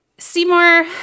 Seymour